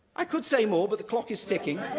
i could say more, but the clock is ticking